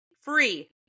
free